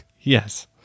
yes